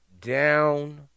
down